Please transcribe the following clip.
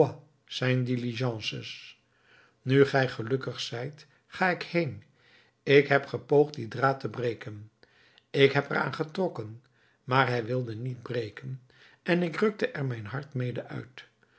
zijn diligences nu gij gelukkig zijt ga ik heen ik heb gepoogd dien draad te breken ik heb er aan getrokken maar hij wilde niet breken en ik rukte er mijn hart mede uit